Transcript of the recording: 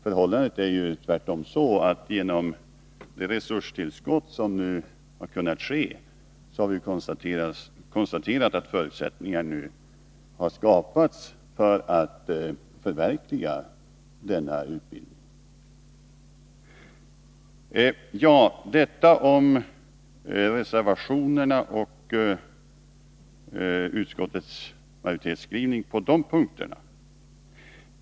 Förhållandet är tvärtom att vi genom det resurstillskott som kunnat ges har kunnat konstatera att förutsättningar nu skapats för ett förverkligande av denna utbildningslinje. Detta är sagt om reservationerna och utskottets majoritetsskrivning på de punkterna.